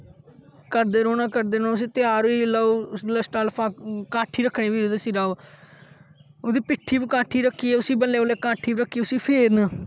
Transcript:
करदे रौहना करदे रौहना उसी त्यार जिसले ओह् उसले शटाला काठी ऱक्खनी फिर ओहदे सिरे उपर ओहदी पिट्ठी उपर काठी रक्खियै उसी बल्लें बल्लें काठी रक्खी उसी फेरना